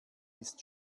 ist